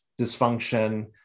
dysfunction